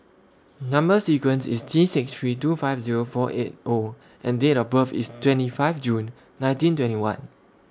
Number sequence IS T six three two five Zero four eight O and Date of birth IS twenty five June nineteen twenty one